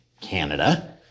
Canada